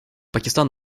пакистан